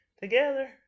Together